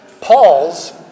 Paul's